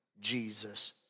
Jesus